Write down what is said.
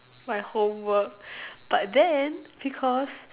my homework but then because